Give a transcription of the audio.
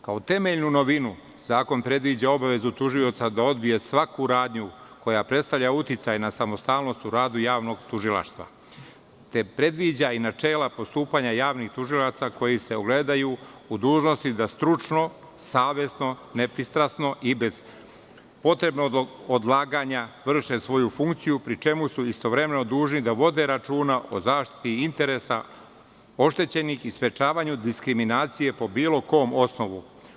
Kao temeljnu novinu, zakon predviđa obavezu tužioca da odbije svaku radnju koja predstavlja uticaj na samostalnost u radu tužilaštva, te predviđa i načela postupanja javnih tužilaca koji se ogledaju u dužnosti da stručno, savesno, nepristrasno i bez potrebnog odlaganja vrše svoju funkciju, pri čemu su istovremeno dužni da vode računa o zaštiti interesa oštećenih i sprečavanju diskriminacije po bilo kom osnovu.